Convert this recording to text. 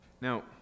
Now